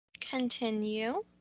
Continue